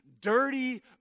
dirty